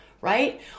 right